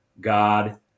God